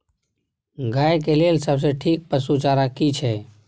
गाय के लेल सबसे ठीक पसु चारा की छै?